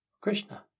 Krishna